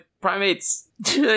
primates